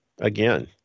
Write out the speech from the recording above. Again